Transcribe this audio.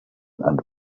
and